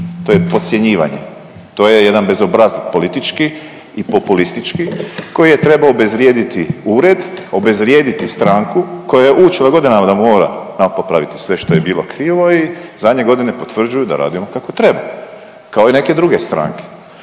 to je podcjenjivanje, to je jedan bezobrazluk politički i populistički koji je trebao obezvrijediti Ured, obezvrijediti stranku koja je učila godinama da mora napopraviti sve što je bilo krivo i zadnje godine potvrđuju da radimo kako treba, kao i neke druge stranke.